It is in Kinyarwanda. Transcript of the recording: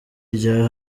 rya